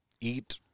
eat